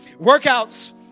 Workouts